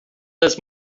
das